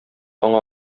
аңа